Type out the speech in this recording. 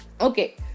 Okay